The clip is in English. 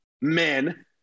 men